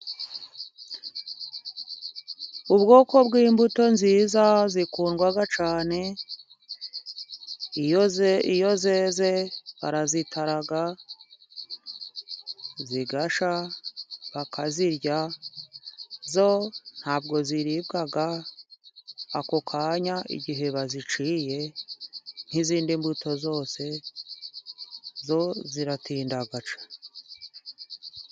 Ubwoko bw'imbuto nziza zikundwa cyane. Iyo zeze barazitara, zigashya, bakazirya. Zo ntabwo ziribwa ako kanya ,igihe baziciye nk'izindi mbuto zose zo ziratinda.